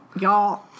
y'all